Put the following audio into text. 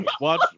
watch